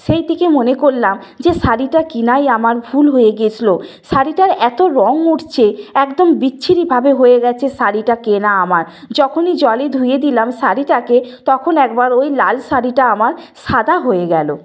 সেই থেকে মনে করলাম যে শাড়িটা কেনাই আমার ভুল হয়ে গেছলো শাড়িটার এতো রঙ উঠছে একদম বিচ্ছিরিভাবে হয়ে গেছে শাড়িটা কেনা আমার যখনই জলে ধুয়ে দিলাম শাড়িটাকে তখন একবার ওই লাল শাড়িটা আমার সাদা হয়ে গেলো